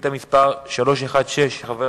ביום